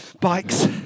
bikes